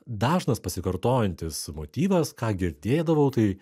dažnas pasikartojantis motyvas ką girdėdavau tai